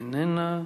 איננה.